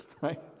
right